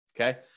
Okay